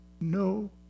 no